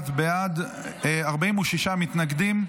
21 בעד, 46 מתנגדים,